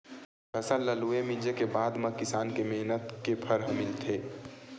फसल ल लूए, मिंजे के बादे म किसान के मेहनत के फर ह मिलथे